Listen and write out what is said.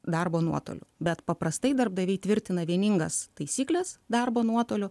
darbo nuotoliu bet paprastai darbdaviai tvirtina vieningas taisykles darbo nuotoliu